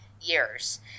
years